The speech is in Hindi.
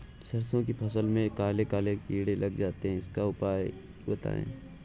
सरसो की फसल में काले काले कीड़े लग जाते इसका उपाय बताएं?